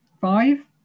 Five